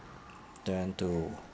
then to